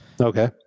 Okay